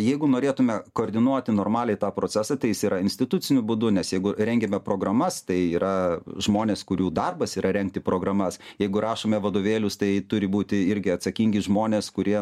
jeigu norėtume koordinuoti normaliai tą procesą tai jis yra instituciniu būdu nes jeigu rengiame programas tai yra žmonės kurių darbas yra rengti programas jeigu rašome vadovėlius tai turi būti irgi atsakingi žmonės kurie